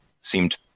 seemed